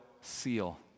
seal